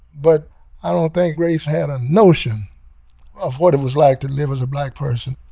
but i don't think grace had a notion of what it was like to live as a black person